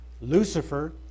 Lucifer